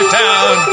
town